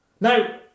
Now